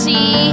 See